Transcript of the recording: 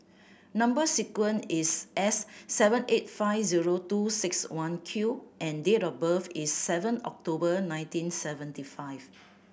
number sequence is S seven eight five zero two six one Q and date of birth is seven October nineteen seventy five